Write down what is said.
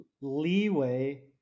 leeway